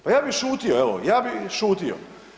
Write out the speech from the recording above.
Pa ja bih šutio evo, ja bih šutio.